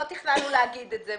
לא תכננו לומר את זה.